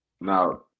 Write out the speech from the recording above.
Now